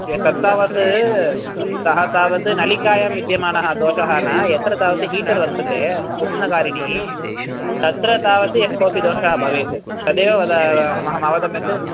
एतत् तावत् सः तावत् नलिकायां विद्यमानः दोषः न यत्र तावत् हीटर् वर्तते उष्णकारिणी तत्र तावत् यः कोऽपि दोषः भवेत् तदेव वद अहम् अवगम्यते